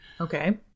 Okay